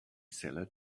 seller